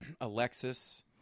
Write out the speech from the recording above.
alexis